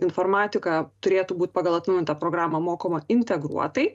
informatika turėtų būt pagal atnaujintą programą mokoma integruotai